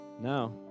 Now